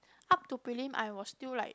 up to prelim I was still like